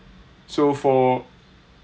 so for